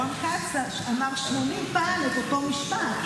רון כץ אמר 80 פעם את אותו משפט,